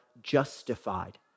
Justified